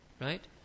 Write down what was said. right